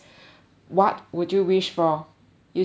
what would you wish for you start first